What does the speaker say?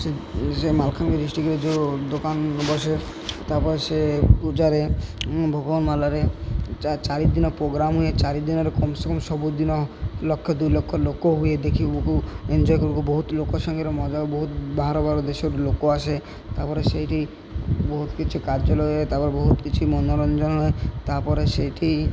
ସେ ସେ ମାଲକାନଗିରି ଡିଷ୍ଟ୍ରିକ୍ଟରେ ଯେଉଁ ଦୋକାନ ବସେ ତା'ପରେ ସେ ପୂଜାରେ ଭୋଗ ମାଲାରେ ଚାରି ଦିନ ପ୍ରୋଗ୍ରାମ୍ ହୁଏ ଚାରି ଦିନରେ କମ୍ ସେ କମ୍ ସବୁ ଦିନ ଲକ୍ଷେ ଦୁଇ ଲକ୍ଷ ଲୋକ ହୁଏ ଦେଖିବାକୁ ଏନ୍ଜୟ କରିବାକୁ ବହୁତ ଲୋକ ସାଙ୍ଗରେ ମଜା ବହୁତ ବାହାର ବାହାର ଦେଶରୁ ଲୋକ ଆସେ ତା'ପରେ ସେଇଠି ବହୁତ କିଛି କାର୍ଯ୍ୟାଳୟ ହୁଏ ତା'ପରେ ବହୁତ କିଛି ମନୋରଞ୍ଜନ ହୁଏ ତା'ପରେ ସେଇଠି